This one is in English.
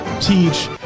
teach